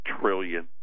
trillion